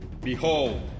Behold